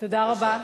תודה רבה.